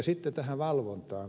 sitten tähän valvontaan